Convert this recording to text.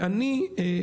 ואגב,